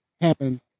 happen